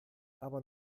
aber